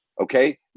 okay